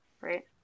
right